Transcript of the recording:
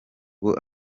ubu